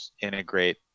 integrate